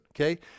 okay